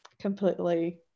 completely